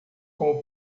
como